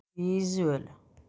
visual